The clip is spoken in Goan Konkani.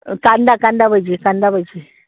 कांदा कांद बजी कांदा बजी